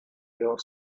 your